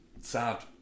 sad